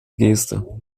geste